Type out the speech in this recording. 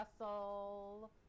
Russell